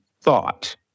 thought